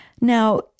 Now